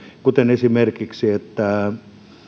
kuten esimerkiksi se että